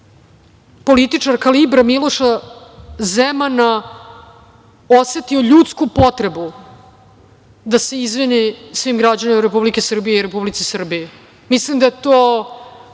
političar kalibra Miloša Zemana osetio ljudsku potrebu da se izvini svim građanima Republike Srbije i Republici Srbiji. Mislim da je to